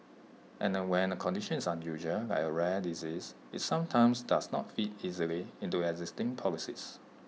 and when A condition is unusual like A rare disease IT sometimes does not fit easily into existing policies